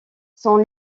son